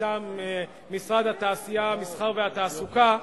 מטעם משרד התעשייה, המסחר והתעסוקה,